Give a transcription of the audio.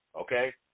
okay